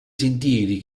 sentieri